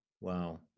Wow